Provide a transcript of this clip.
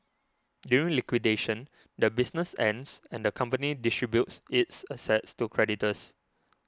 during liquidation the business ends and the company distributes its assets to creditors